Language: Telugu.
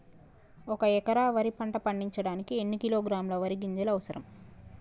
ఒక్క ఎకరా వరి పంట పండించడానికి ఎన్ని కిలోగ్రాముల వరి గింజలు అవసరం?